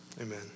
Amen